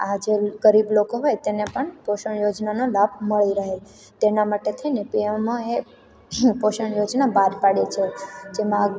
આ જે ગરીબ લોકો હોય તેને પણ પોષણ યોજનાનો લાભ મળી રહે તેના માટે થઈને પીએમઓએ પોષણ યોજના બહાર પાડી છે જેમાં